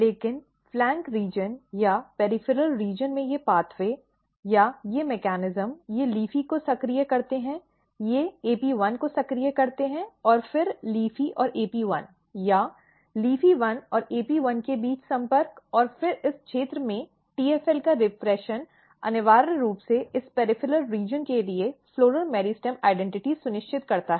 लेकिन फ्लैंक क्षेत्र या परिधीय क्षेत्र में ये मार्ग या ये मेकॅनिज्म ये LEAFY को सक्रिय करते हैं ये AP1 को सक्रिय करते हैं और फिर LEAFY और AP1 या LEAFY1 और AP1 के बीच संपर्क और फिर इस क्षेत्र में TFL का दमन अनिवार्य रूप से इस परिधीय क्षेत्र के लिए पुष्प मेरिस्टेम पहचान सुनिश्चित करता है